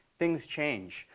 things change.